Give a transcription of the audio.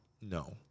no